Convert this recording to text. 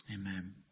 Amen